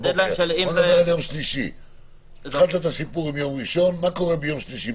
התחלת את הסיפור ביום ראשון, מה קורה ביום שלישי?